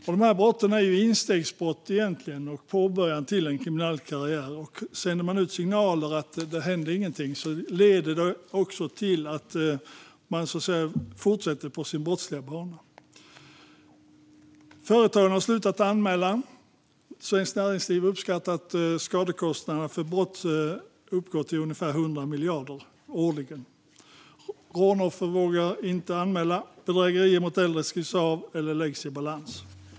Dessa brott är egentligen instegsbrott och början på en kriminell karriär. Om det sänds ut signaler att ingenting händer leder det till att man fortsätter på sin brottsliga bana. Företag har slutat anmäla. Svenskt Näringsliv uppskattar att skadekostnaderna för brott uppgår till ungefär 100 miljarder årligen. Rånoffer vågar inte anmäla. Bedrägerier mot äldre skrivs av eller läggs i balans.